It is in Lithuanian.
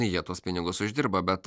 jie tuos pinigus uždirba bet